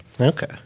Okay